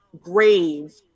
grave